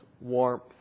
warmth